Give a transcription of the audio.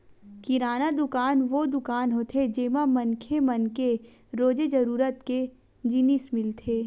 किराना दुकान वो दुकान होथे जेमा मनखे मन के रोजे जरूरत के जिनिस मिलथे